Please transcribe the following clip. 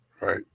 Right